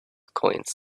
coins